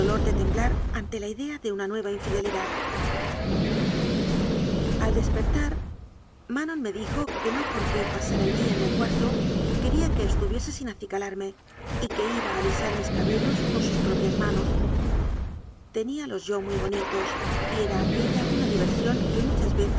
de temblar ante la idea de una nueva infidelidad al despertar manon me dijo que no porque pa sara el día en el cuarto quería que estuviese sin acicalarme y ique iba a alisar mis cabellos con sus propias manos teníalos yo muy bonitos y era aquella una diversión que muchas veces